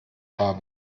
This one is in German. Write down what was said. habe